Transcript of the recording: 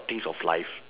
things of life